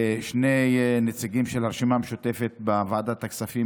לשני הנציגים של הרשימה המשותפת בוועדת הכספים,